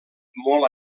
molt